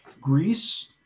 Greece